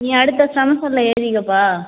நீ அடுத்த செமஸ்டரில் எழுதிக்கப்பா